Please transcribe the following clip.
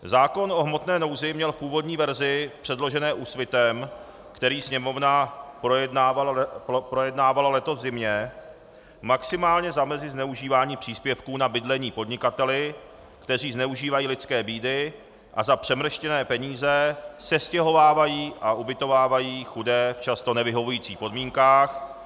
Zákon o hmotné nouzi měl v původní verzi předložené Úsvitem, který Sněmovna projednávala letos v zimě, maximálně zamezit zneužívání příspěvků na bydlení podnikatelům, kteří zneužívají lidské bídy a za přemrštěné peníze sestěhovávají a ubytovávají chudé v často nevyhovujících podmínkách.